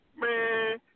Man